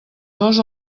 dos